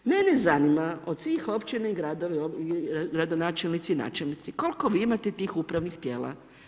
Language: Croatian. Mene zanima od svih općina i gradova, i gradonačelnici i načelnici koliko vi imate tih upravnih tijela?